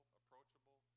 approachable